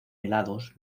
helados